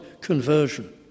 conversion